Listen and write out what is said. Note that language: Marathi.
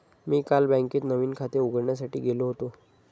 मी काल बँकेत नवीन खाते उघडण्यासाठी गेलो होतो